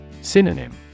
Synonym